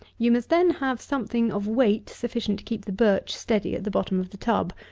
you must then have something of weight sufficient to keep the birch steady at the bottom of the tub,